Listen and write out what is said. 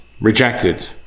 rejected